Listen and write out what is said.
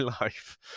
life